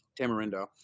Tamarindo